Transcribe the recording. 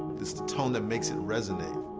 it's the tone that makes it resonate.